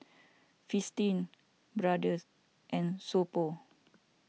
Fristine Brother and So Pho